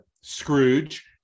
Scrooge